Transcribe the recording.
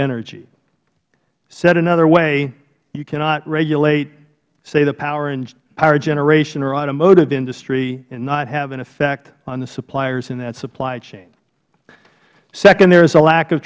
energy said another way you cannot regulate say the power generation or automotive industry and not have an effect on the suppliers in that supply chain second there is a lack of